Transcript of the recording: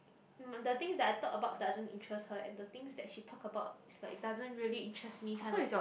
mm the things that I talk about doesn't interest her and the things that she talk about is like doesn't really interest me kind of thing